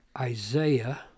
Isaiah